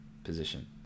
position